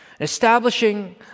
establishing